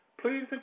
please